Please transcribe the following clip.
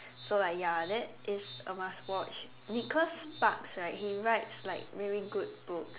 so like ya that is a must watch Nicholas Sparks right he writes like really good books